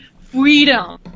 freedom